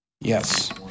Yes